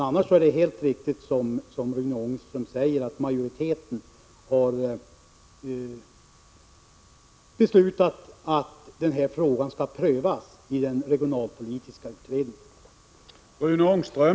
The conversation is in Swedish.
Annars är det helt riktigt som Rune Ångström säger, nämligen att majoriteten har beslutat att denna fråga skall prövas i den regionalpolitiska utredningen.